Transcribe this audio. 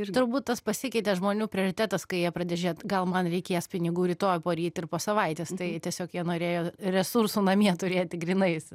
ir turbūt tas pasikeitė žmonių prioritetas kai jie pradėjo žiūrėt gal man reikės pinigų rytoj poryt ir po savaitės tai tiesiog jie norėjo resursų namie turėti grynais